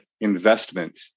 Investment